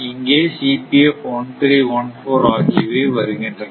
இங்கே ஆகியவை வருகின்றன